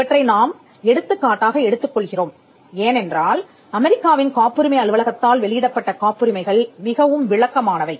இவற்றை நாம் எடுத்துக்காட்டாக எடுத்துக்கொள்கிறோம் ஏனென்றால் அமெரிக்காவின் காப்புரிமை அலுவலகத்தால் வெளியிடப்பட்ட காப்புரிமைகள் மிகவும் விளக்கமானவை